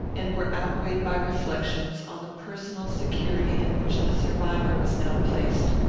and were outweighed by reflections on the personal security in which the survivor was now placed.